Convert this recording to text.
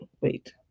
wait